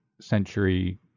century